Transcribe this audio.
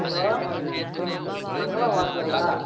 hello Mangalam ஹோட்டலுங்களா